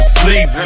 sleep